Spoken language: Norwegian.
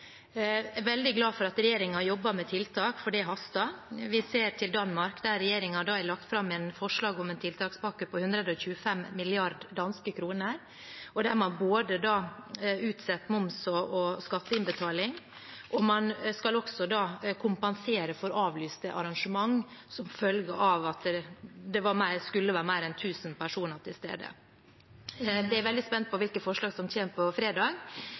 er veldig glad for at regjeringen jobber med tiltak, for det haster. Vi ser til Danmark, der regjeringen har lagt fram forslag om en tiltakspakke på 125 mrd. danske kroner. De har utsatt både moms- og skatteinnbetaling, og man skal også kompensere for arrangementer som er avlyst som følge av at det skulle være mer enn 1 000 personer til stede. Jeg er veldig spent på hvilke forslag som kommer på fredag,